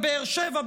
בבאר שבע,